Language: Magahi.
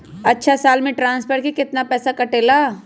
अछा साल मे ट्रांसफर के पैसा केतना कटेला?